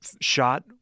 shot